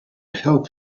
help